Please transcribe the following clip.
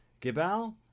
Gibal